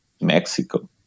Mexico